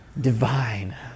divine